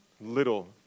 little